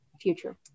future